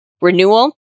renewal